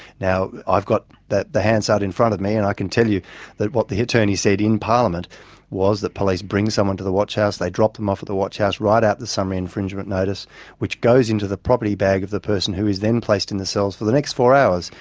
now, i've got the hansard in front of me and i can tell you that what the attorney said in parliament was that police bring someone to the watchhouse, they drop them off at the watchhouse, write out the summary infringement notice which goes into the property bag of the person who is then placed in the cells for the next four hours.